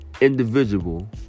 individual